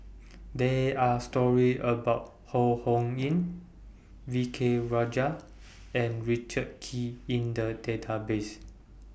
There Are stories about Ho Ho Ying V K Rajah and Richard Kee in The Database